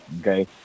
okay